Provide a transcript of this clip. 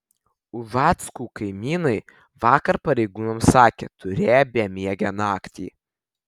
ušackų kaimynai vakar pareigūnams sakė turėję bemiegę naktį